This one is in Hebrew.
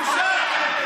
בושה.